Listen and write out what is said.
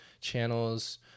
channels